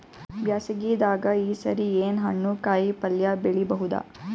ಬ್ಯಾಸಗಿ ದಾಗ ಈ ಸರಿ ಏನ್ ಹಣ್ಣು, ಕಾಯಿ ಪಲ್ಯ ಬೆಳಿ ಬಹುದ?